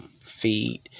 feed